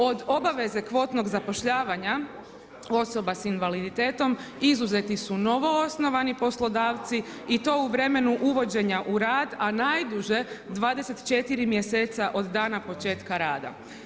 Od obaveze kvotnog zapošljavanja osoba s invaliditetom, izuzeti su novoosnovani poslodavci i to u vremenu uvođenja u rad, a najduže 24 mjeseca od dana početka rada.